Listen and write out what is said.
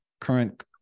current